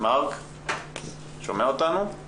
אני בת 31 ואני מעמותת